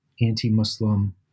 anti-Muslim